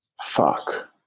fuck